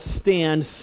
stand